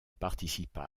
participa